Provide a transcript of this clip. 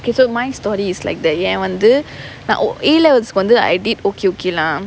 if you don't mind studies like ஏன் வந்து:yaen vanthu now a loads வந்து:vanthu I did okay okay lah